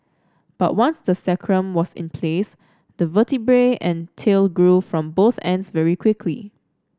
but once the sacrum was in place the vertebrae and tail grew from both ends very quickly